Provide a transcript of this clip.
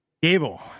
Gable